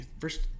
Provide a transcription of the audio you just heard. first